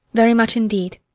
very much indeed.